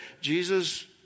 Jesus